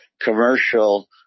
commercial